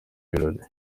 birori